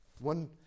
one